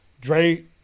Dre